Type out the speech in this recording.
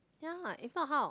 ya if not how